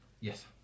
Yes